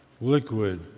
liquid